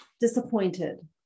disappointed